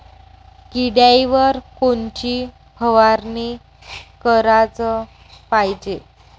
किड्याइवर कोनची फवारनी कराच पायजे?